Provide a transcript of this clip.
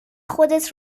خودت